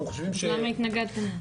למה התנגדתם?